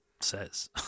says